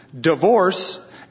divorce